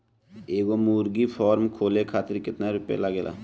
एगो मुर्गी फाम खोले खातिर केतना रुपया लागेला?